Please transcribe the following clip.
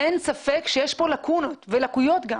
אין ספק שיש פה לקונות ולקויות.